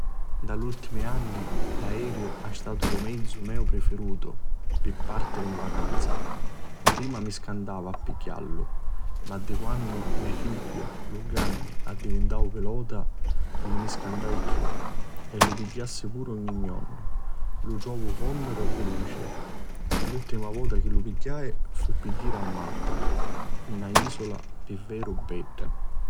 Nta l'ultimi anni l'aeriu ha' statu lu mezzu meu prifirutu pi partiri 'n vacanza. Prima mi scantava apigghiarilu ma di quannu me figghiu, lu granni, divintau pilota non mi scantai chiù. E lu pigghiassi puru ogni jornu: lu trovu commiru e veloci. L'ultima vota chi lu pigghiai fu pi jiri a Malta, na isula pi veru bedda.